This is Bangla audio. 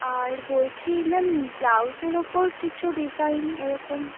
আর বলছি ম্যাম ব্লাউজের ওপর কিছু ডিজাইন এরকম